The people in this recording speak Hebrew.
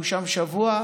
הוא שם שבוע,